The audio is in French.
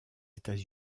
états